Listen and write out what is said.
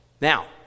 Now